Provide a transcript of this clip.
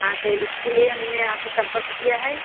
हाँ तो इसके लिए हमने आपसे सम्पर्क किया है